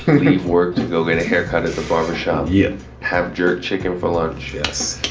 leave work to go get a haircut at the barber shop, yeah have jerk chicken for lunch. yes.